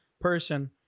person